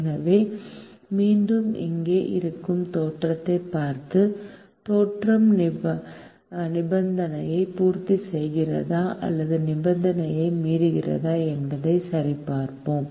எனவே மீண்டும் இங்கே இருக்கும் தோற்றத்தைப் பார்த்து தோற்றம் நிபந்தனையை பூர்த்திசெய்கிறதா அல்லது நிபந்தனையை மீறுகிறதா என்பதை சரிபார்க்கவும்